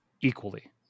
equally